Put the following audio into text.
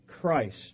Christ